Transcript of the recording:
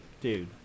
dude